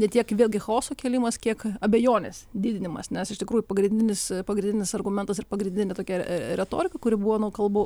ne tiek vėlgi chaoso kėlimas kiek abejonės didinimas nes iš tikrųjų pagrindinis pagrindinis argumentas ir pagrindinė tokia retorika kuri buvo nuo kalbų